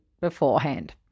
beforehand